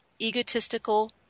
egotistical